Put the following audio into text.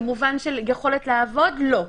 במובן של יכולת לעבוד, לא.